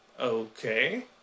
Okay